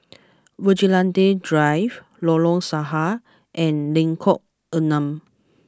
Vigilante Drive Lorong Sahad and Lengkong Enam